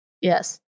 yes